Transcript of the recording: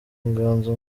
inganzo